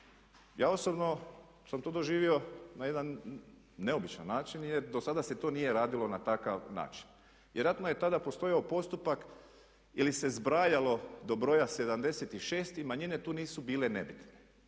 Ja osobno sam to doživio na jedan neobičan način jer do sada se to nije radilo na takav način. Vjerojatno je tada postojao postupak ili se zbrajalo do broja 76 i manjine tu nisu bile nebitne.